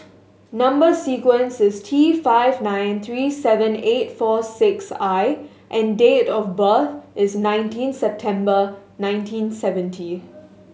number sequence is T five nine three seven eight four six I and date of birth is nineteen September nineteen seventy